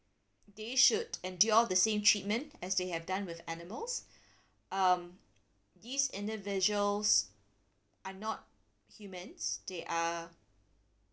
they should endure the same treatment as they have done with animals um these individuals are not humans they are